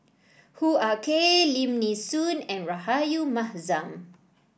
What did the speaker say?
Hoo Ah Kay Lim Nee Soon and Rahayu Mahzam